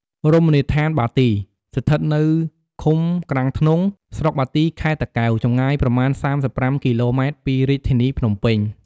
រមណីយដ្ឋានបាទី ស្ថិតនៅឃុំក្រាំងធ្នង់ ស្រុកបាទី ខេត្តតាកែវ ចម្ងាយប្រមាណ ៣៥ គីឡូម៉ែត្រពីរាជធានីភ្នំពេញ។